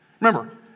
Remember